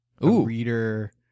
reader